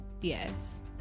yes